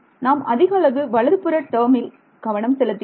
நாம் அதிக அளவு வலதுபுற டேர்மில் கவனம் செலுத்தினோம்